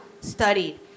studied